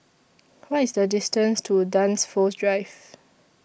What IS The distance to Dunsfold Drive